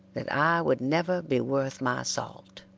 that i would never be worth my salt.